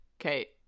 okay